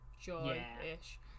joy-ish